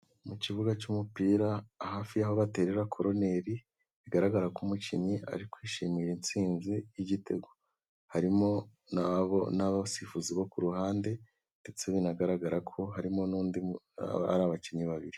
Mu kibuga cy'umupira hafi y'aho baterera koneli, bigaragara ko umukinnyi ari kwishimira intsinzi y'igitego, harimo n'abasifuzi bo ku ruhande ndetse binagaragara ko harimo n'undi, ari abakinnyi babiri.